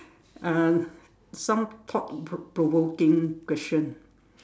uh some thought pr~ provoking question